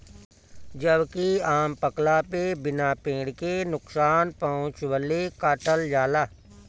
जबकि आम पकला पे बिना पेड़ के नुकसान पहुंचवले काटल जाला